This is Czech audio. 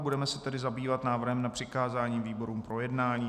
Budeme se tedy zabývat návrhem na přikázání výborům k projednání.